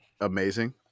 amazing